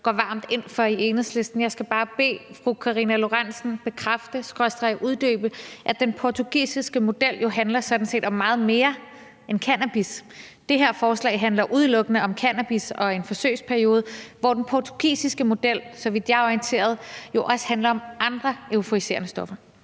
Dehnhardt komme med en bekræftelse skråstreg uddybning af, at den portugisiske model sådan set handler om meget mere end cannabis. Det her forslag handler udelukkende om cannabis og om en forsøgsperiode, hvorimod den portugisiske model, så vidt jeg er orienteret, jo også handler om andre euforiserende stoffer.